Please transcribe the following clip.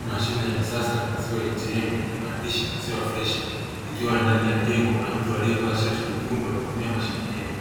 Mashine ya kisasa ya maziwa 'a t m' yenye maandishi ''maziwa freshi'', ikiwa ndani ya jengo na mtu aliyevaa sharti jekundu akitoa mashine hiyo.